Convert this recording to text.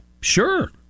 sure